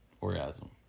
Orgasm